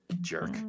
Jerk